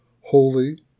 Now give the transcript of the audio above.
holy